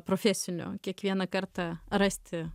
profesiniu kiekvieną kartą rasti